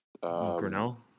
Grinnell